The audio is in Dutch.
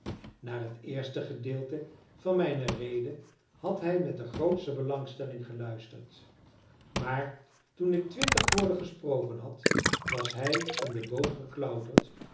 naar het eerste gedeelte van mijne rede had hij met de grootste belangstelling geluisterd maar toen ik twintig woorden gesproken had was hij in den boom geklauterd